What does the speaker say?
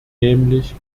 nämlich